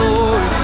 Lord